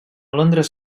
londres